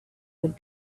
would